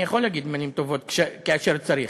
אני יכול להגיד מילים טובות כאשר צריך,